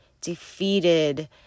defeated